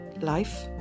life